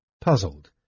puzzled